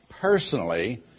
personally